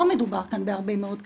לא מדובר כאן בהרבה מאוד כסף,